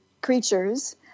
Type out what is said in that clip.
creatures